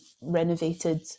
renovated